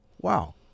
Wow